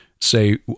say